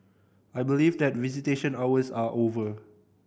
I believe that visitation hours are over